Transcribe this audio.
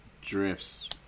drifts